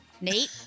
Nate